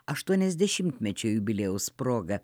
aštuoniasdešimtmečio jubiliejaus proga